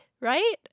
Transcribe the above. right